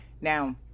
Now